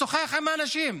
לשוחח עם האנשים.